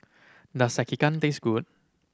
does Sekihan taste good